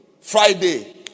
Friday